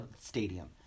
stadium